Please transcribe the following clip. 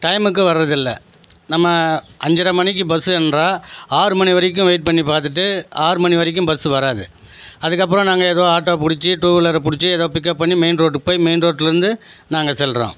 டைம்முக்கு வரதுயில்ல நம்ம அஞ்சுர மணிக்கு பஸ் என்றால் ஆறு மணி வரைக்கும் வெயிட் பண்ணி பார்த்துட்டு ஆறு மணி வரைக்கும் பஸ் வராது அதுக்கப்புறம் நாங்கள் ஏதோ ஆட்டோ பிடிச்சி டூவிலர் பிடிச்சி எதோ பிக்அப் பண்ணி மெயின் ரோடுக்கு போய் மெயின் ரோட்டுலேர்ந்து நாங்கள் செல்கிறோம்